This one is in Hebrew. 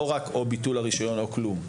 לא רק בביטול הרישיון או כלום,